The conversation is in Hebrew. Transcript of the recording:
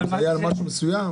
זה היה על משהו מסוים.